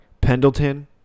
Pendleton